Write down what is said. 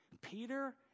Peter